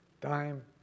Time